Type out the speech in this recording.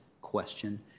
question